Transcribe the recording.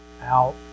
out